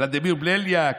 ולדימיר בליאק,